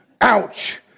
Ouch